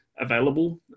available